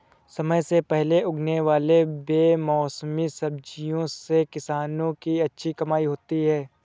समय से पहले उगने वाले बेमौसमी सब्जियों से किसानों की अच्छी कमाई होती है